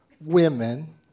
Women